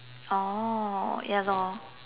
oh ya lor